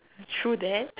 true that